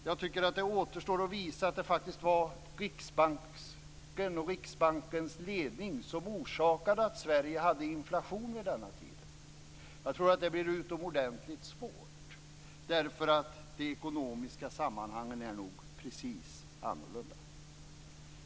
Jag tycker att det återstår att visa att det faktiskt var riksbanksledningen som orsakade att Sverige hade en inflation på den tiden. Jag tror att det blir utomordentligt svårt därför att de ekonomiska sammanhangen är nog helt annorlunda.